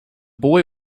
boy